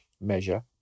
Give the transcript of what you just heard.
measure